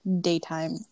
daytime